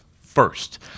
first